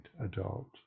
adult